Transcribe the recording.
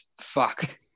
Fuck